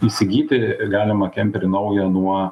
įsigyti galima kemperį naują nuo